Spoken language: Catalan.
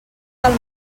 del